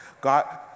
God